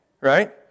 Right